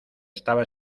estaba